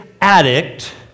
addict